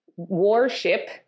warship